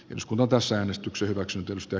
yms kun opas äänestyksen hyväksytystä